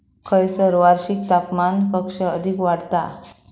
खैयसर वार्षिक तापमान कक्षा अधिक आढळता?